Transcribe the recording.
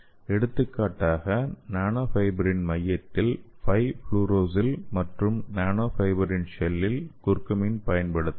எடுத்துக்காட்டாக நானோ ஃபைபரின் மையத்தில் 5 ஃப்ளோரூராசில் மற்றும் நானோஃபைபரின் ஷெல்லில் குர்குமின் பயன்படுத்தலாம்